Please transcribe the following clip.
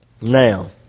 now